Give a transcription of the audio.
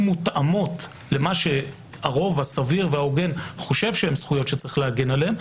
מותאמות למה שהרוב הסביר וההוגן חושב שהן זכויות שיש להגן עליהן,